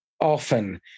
often